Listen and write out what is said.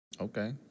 Okay